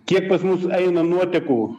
kiek pas mus eina nuotekų